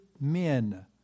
men